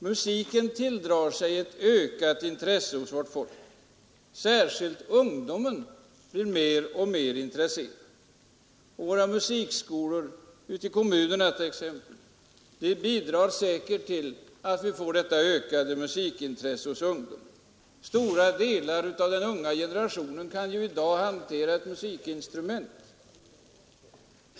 Musiken tilldrar sig ett ökat intresse hos vårt folk. Särskilt ungdomen blir mer och mer intresserad. Våra musikskolor ute i kommunerna bidrar t.ex. säkerligen till detta ökade musikintresse hos ungdomen. Stora delar av den unga generationen kan ju i dag hantera ett musikinstrument.